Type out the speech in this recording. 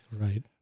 Right